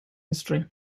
history